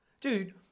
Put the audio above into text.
Dude